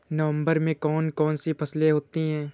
नवंबर में कौन कौन सी फसलें होती हैं?